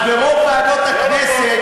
אז ברוב ועדות הכנסת,